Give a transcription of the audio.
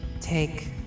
Take